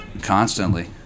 constantly